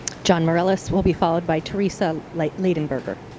john morales will be followed by teresa like leadenberger.